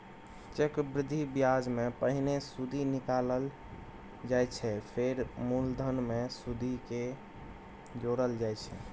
चक्रबृद्धि ब्याजमे पहिने सुदि निकालल जाइ छै फेर मुलधन मे सुदि केँ जोरल जाइ छै